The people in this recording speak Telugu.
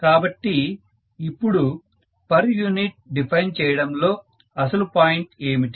కాబట్టి ఇప్పుడు పర్ యూనిట్ డిఫైన్ చేయడం లో అసలు పాయింట్ ఏమిటి